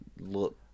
look